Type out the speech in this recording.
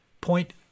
point